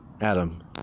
Adam